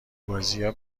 بازیا